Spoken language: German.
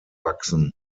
wachsen